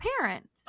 parent